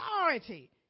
authority